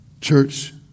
Church